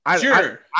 Sure